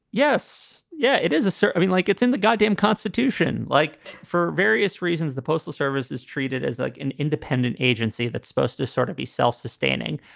yes, yeah. it is a i mean, like it's in the goddamn constitution, like for various reasons, the postal service is treated as like an independent agency that's supposed to sort of be self-sustaining.